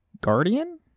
guardian